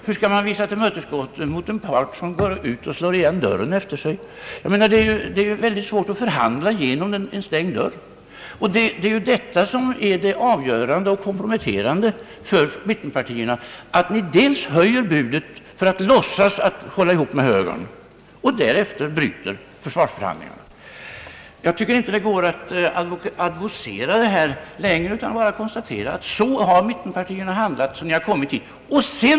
Hur skall man visa tillmötesgående mot en part som går ut och slår igen dörren efter sig? Det är oerhört svårt att förhandla genom en stängd dörr! Det avgörande och komprometterande för mittenpartierna är, att de först höjer budet för att låtsas hålla ihop med högern och därefter bryter försvarsförhandlingarna. Jag tycker inte att det går att advocera detta längre. Det är bara att konstatera att mittenpartierna genom sitt handlingssätt har hamnat i detta läge.